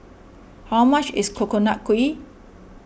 how much is Coconut Kuih